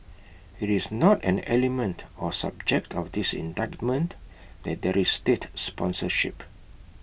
IT is not an element or subject of this indictment that there is state sponsorship